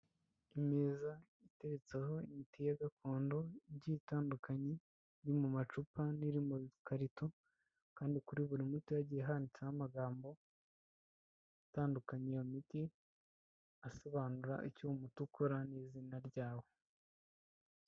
Imeza iteretseho imiti ya gakondo igiye itandukanye iri mu macupa n'iri mu bikarito kandi kuri buri muti hagiye handitseho amagambo atandukanya iyo miti asobanura icyo uwo muti ukora n'izina ryawo.